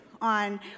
on